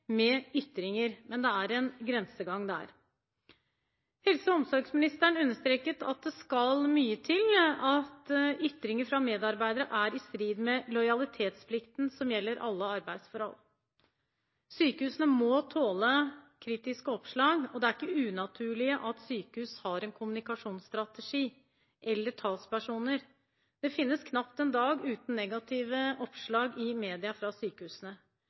med ytringer, men det er en grensegang der. Helse- og omsorgsministeren understreket at det skal mye til at ytringer fra medarbeidere er i strid med lojalitetsplikten, som gjelder alle arbeidsforhold. Sykehusene må tåle kritiske oppslag, og det er ikke unaturlig at sykehus har en kommunikasjonsstrategi eller talspersoner. Det finnes knapt en dag uten negative oppslag fra sykehusene i media,